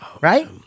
right